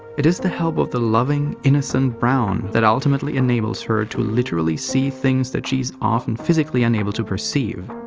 it's the help of the loving, innocent brown, that ultimately enables her to literally see things that she's often physically unable to perceive.